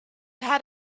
had